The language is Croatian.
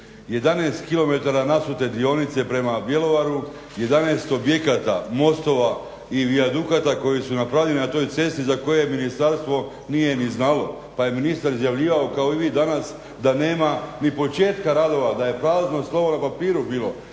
11 km nasute dionice prema Bjelovaru, 11 objekata, mostova i vijadukata koji su napravljeni na toj cesti za koje ministarstvo nije ni znalo pa je ministar izjavljivao kao i vi danas da nema ni početka radova, da je prazno slovo na papiru bilo.